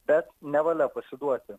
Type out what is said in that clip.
bet nevalia pasiduoti